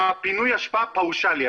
--- פינוי אשפה פאושלי.